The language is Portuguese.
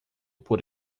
por